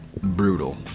brutal